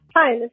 Hi